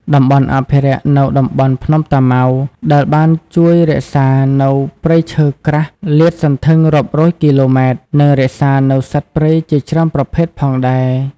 តំបន់អភិរក្សនៅតំបន់ភ្នំតាម៉ៅដែលបានជួយរក្សានៅព្រៃឈើក្រាស់សាតសន្ធឹងរាប់រយគីឡូម៉ែត្រ និងរក្សានៅសត្វព្រៃជាច្រើនប្រភេទផងដែរ។